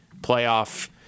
playoff